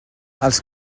els